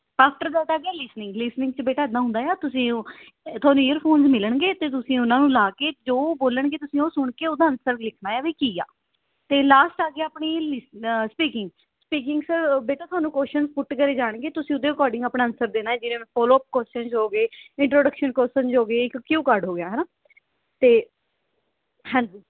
after that ਗਿਆ listening listening 'ਚ ਬੇਟਾ ਇਦਾਂ ਹੁੰਦਾ ਆ ਤੁਸੀਂ ਤੁਹਾਨੂੰ ਈਅਰ ਫੋਨਸ ਮਿਲਣਗੇ ਅਤੇ ਤੁਸੀਂ ਉਨ੍ਹਾਂ ਨੂੰ ਲਾ ਕੇ ਜੋ ਉਹ ਬੋਲ਼ਣਗੇ ਤੁਸੀਂ ਉਹ ਸੁਣ ਕੇ ਓਹਦਾ ਆਨਸਰ ਲਿਖਣਾ ਆ ਵੀ ਕੀ ਆ ਅਤੇ ਲਾਸਟ ਆ ਗਿਆ ਆਪਣੀ ਲੀਸਨਿੰਗ ਸਪੀਕਿੰਗ ਸਪੀਕਿੰਗਸ ਬੇਟਾ ਤੁਹਾਨੂੰ ਕੁਆਸ਼ਚਨਜ਼ ਪੁੱਟ ਕਰੇ ਜਾਣਗੇ ਤੁਸੀਂ ਓਹਦੇ ਅਕੋਡਿੰਗ ਆਪਣਾ ਆਨਸਰਜ਼ ਦੇਣਾ ਜਿਵੇਂ ਫੋਲੋ ਕੁਆਸ਼ਚਨਜ਼ ਹੋਗੇ ਇੰਟਰੋਡਕਸ਼ਨ ਕੁਆਸ਼ਚਨਜ਼ ਹੋਗੇ ਇੱਕ ਕਿਊ ਕਾਰਡ ਹੋ ਗਿਆ ਹੈ ਨਾ ਅਤੇ ਹਾਂਜੀ